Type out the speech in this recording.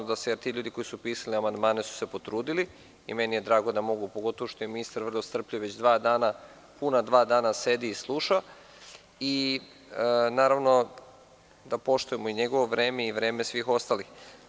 Ti ljudi koji su pisali amandmane su se potrudili i meni je drago da mogu, pogotovo što je ministar vrlo strpljiv već dva dana, puna dva dana sedi i sluša, naravno, da poštujemo njegovo vreme i vreme svih ostalih.